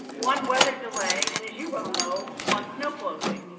one weather delay, and as you well know one snow closing.